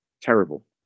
Terrible